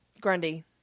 Grundy